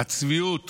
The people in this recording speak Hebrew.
הצביעות